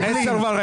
אתם --- תסתלק מפה.